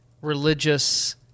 religious